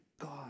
God